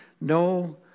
no